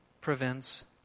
prevents